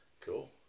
cool